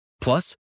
Plus